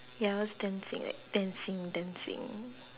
ya I was dancing like dancing dancing